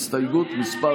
הסתייגות מס'